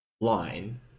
line